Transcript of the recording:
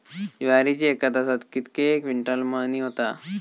ज्वारीची एका तासात कितके क्विंटल मळणी होता?